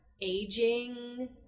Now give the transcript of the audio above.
aging